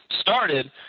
started